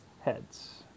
Heads